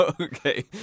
Okay